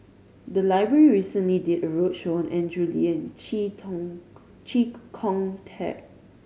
the library recently did a roadshow on Andrew Lee and Chee Tong Chee Kong Tet